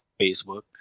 Facebook